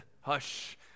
Hush